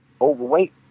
overweight